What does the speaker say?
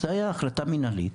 זו הייתה החלטה מנהלית.